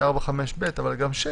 זה 4(5)(ב), אבל גם 6